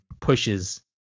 pushes